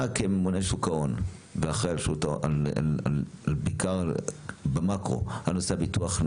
אתה כממונה שוק ההון ואחראי על במקרו על נושא הביטוח,